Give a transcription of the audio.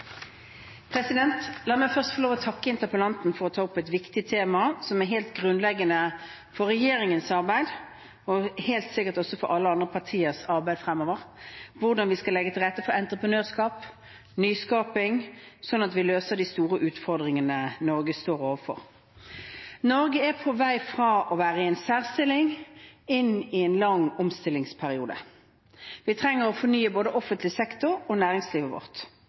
La meg først få takke interpellanten for å ta opp et viktig tema som er helt grunnleggende for regjeringens arbeid og helt sikkert også for alle andre partiers arbeid fremover: hvordan vi skal legge til rette for entreprenørskap og nyskaping, slik at vi løser de store utfordringene Norge står overfor. Norge er på vei fra å være i en særstilling og inn i en lang omstillingsperiode. Vi trenger å fornye både offentlig sektor og næringslivet vårt.